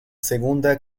segunda